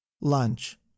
Lunch